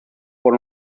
por